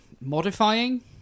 Modifying